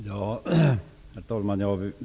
Herr talman!